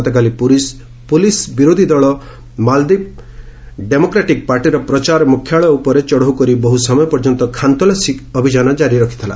ଗତକାଲି ପୁଲିସ୍ ବିରୋଧି ଦଳ ମାଳଦ୍ୱୀପ ଡେମୋକ୍ରାଟିକ୍ ପାର୍ଟିର ପ୍ରଚାର ମୁଖ୍ୟାଳୟ ଉପରେ ଚଢ଼ଉ କରି ବହୁ ସମୟ ପର୍ଯ୍ୟନ୍ତ ଖାନତଲାସୀ କରିଥିଲା